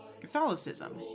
Catholicism